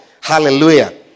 Hallelujah